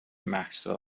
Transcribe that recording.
مهسا